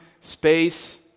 space